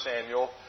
Samuel